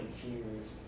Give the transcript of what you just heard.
confused